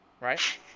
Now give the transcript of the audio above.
Right